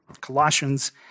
Colossians